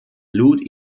lud